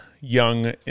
young